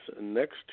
Next